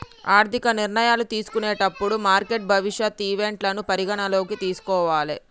ఆర్థిక నిర్ణయాలు తీసుకునేటప్పుడు మార్కెట్ భవిష్యత్ ఈవెంట్లను పరిగణనలోకి తీసుకోవాలే